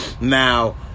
Now